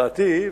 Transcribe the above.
לדעתי,